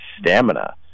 stamina